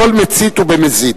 כל מצית הוא במזיד.